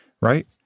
Right